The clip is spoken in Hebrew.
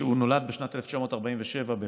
הוא נולד בשנת 1947 בהולנד,